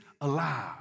alive